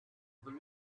blue